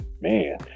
man